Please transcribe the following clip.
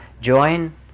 join